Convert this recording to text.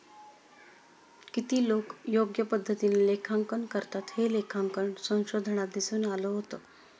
किती लोकं योग्य पद्धतीने लेखांकन करतात, हे लेखांकन संशोधनात दिसून आलं होतं